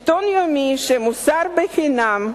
עיתון יומי שמופץ בחינם,